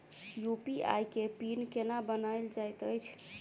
UPI केँ PIN केना बनायल जाइत अछि